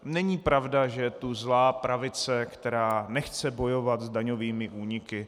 Není pravda, že je tu zlá pravice, která nechce bojovat s daňovými úniky.